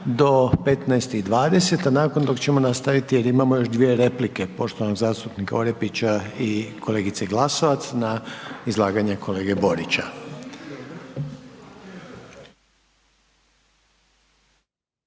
do 15,20, a nakon tog ćemo nastaviti jer imamo još dvije replike poštovanog zastupnika Orepića i kolegice Glasovac na izlaganje kolege Borića.